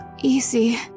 Easy